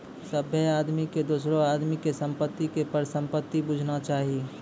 सभ्भे आदमी के दोसरो आदमी के संपत्ति के परसंपत्ति बुझना चाही